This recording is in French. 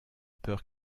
peur